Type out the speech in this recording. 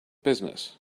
business